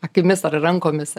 akimis ar rankomis